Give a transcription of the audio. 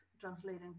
translating